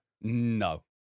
No